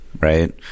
Right